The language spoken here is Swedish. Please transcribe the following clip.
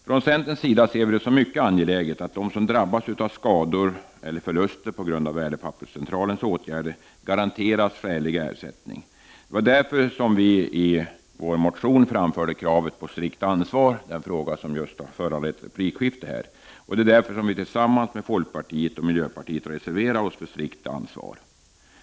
Från centerns sida ser vi det som mycket angeläget att de som drabbas av skador eller förluster på grund av Värdepapperscentralens åtgärder garanteras skälig ersättning. Det är därför vi i vår motion framförde krav på strikt ansvar. Det är den frågan som just har föranlett det replikskifte vi nyss hade här. Och det är därför som vi tillsammans med folkpartiet och miljöpartiet reserverar oss för strikt ansvar.